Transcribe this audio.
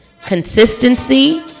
Consistency